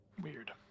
Weird